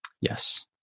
Yes